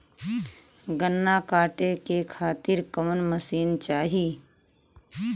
गन्ना कांटेके खातीर कवन मशीन चाही?